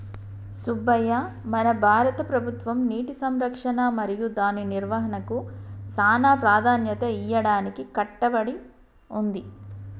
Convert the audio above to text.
సుబ్బయ్య మన భారత ప్రభుత్వం నీటి సంరక్షణ మరియు దాని నిర్వాహనకు సానా ప్రదాన్యత ఇయ్యడానికి కట్టబడి ఉంది